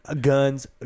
Guns